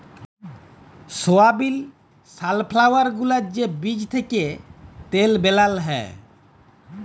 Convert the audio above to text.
সয়াবিল, sunflower গুলার যে বীজ থ্যাকে তেল বালাল হ্যয়